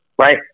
Right